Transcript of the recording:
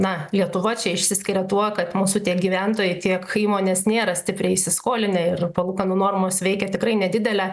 na lietuva čia išsiskiria tuo kad mūsų tiek gyventojai tiek įmonės nėra stipriai įsiskolinę ir palūkanų normos veikia tikrai nedidelę